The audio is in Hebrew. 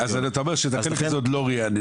אז אתה אומר שאת החלק הזה עוד לא רעננו,